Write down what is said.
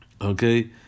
Okay